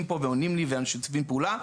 פה והם עונים לי ואנחנו משתפים פעולה,